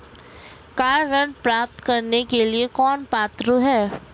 Car ऋण प्राप्त करने के लिए कौन पात्र है?